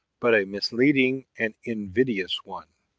but a misleading and invidious one.